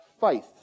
faith